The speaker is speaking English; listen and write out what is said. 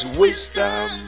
wisdom